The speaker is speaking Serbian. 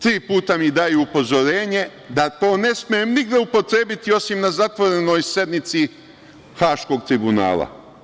Tri puta mi daju upozorenje da to ne smem nigde upotrebiti osim na zatvorenoj sednici Haškog tribunala.